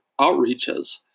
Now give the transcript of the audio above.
outreaches